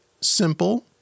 simple